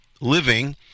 living